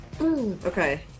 Okay